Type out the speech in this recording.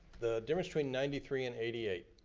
the difference between ninety three and eighty eight.